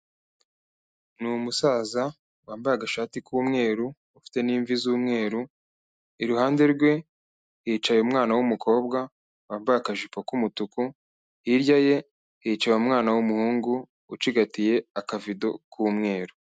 Ni umusaza wambaye agashati k'umweru, ufite n'imvi z'umweru, iruhande rwe hicaye umwana w'umukobwa, wambaye akajipo k'umutuku, hirya ye hicaye umwana w'umuhungu, ucigatiye akavido k'umweru.